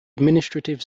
administrative